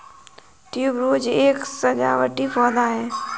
tuberose एक सजावटी पौधा है